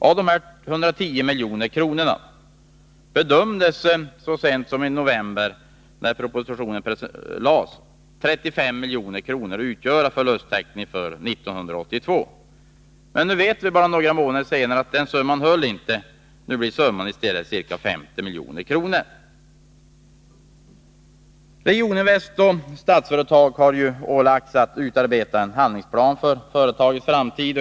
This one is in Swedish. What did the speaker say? Av dessa 110 milj.kr. bedömdes så sent som i november 1982, när propositionen lades fram, 35 milj.kr. utgöra förlusttäckning för 1982. Nu, några månader senare, vet vi att den summan inte var tillräcklig. I stället blir det fråga om en summa av ca 50 milj.kr. Regioninvest och Statsföretag har ålagts att utarbeta en handlingsplan för företagets framtid.